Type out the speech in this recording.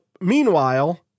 Meanwhile